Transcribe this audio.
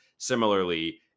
Similarly